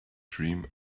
dream